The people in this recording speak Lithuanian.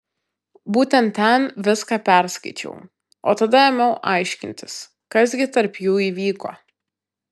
būtent ten viską perskaičiau o tada ėmiau aiškintis kas gi tarp jų įvyko